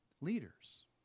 leaders